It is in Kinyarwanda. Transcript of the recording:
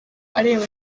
areba